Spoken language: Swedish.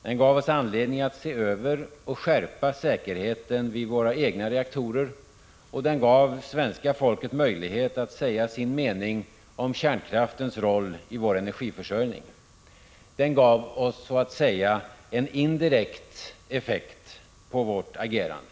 Den gav oss anledning att se över och skärpa säkerheten vid våra egna reaktorer, och den gav svenska folket möjlighet att säga sin mening om kärnkraftens roll i vår energiförsörjning. Den gav, så att säga, en indirekt effekt på vårt agerande.